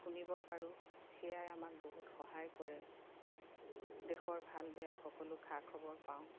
শুনিব পাৰোঁ সেয়াই আমাক বহুত সহায় কৰে দেশৰ ভাল বেয়া সকলো খা খবৰ পাওঁ